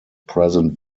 present